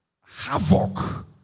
havoc